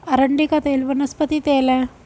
अरंडी का तेल वनस्पति तेल है